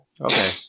Okay